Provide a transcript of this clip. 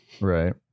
right